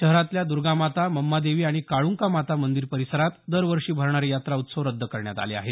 शहरातल्या दर्गामाता मंमादेवी आणि काळुंका माता मंदिर परिसरात दरवर्षी भरणारे यात्रा उत्सव रद्द करण्यात आले आहेत